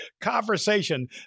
conversation